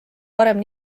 varem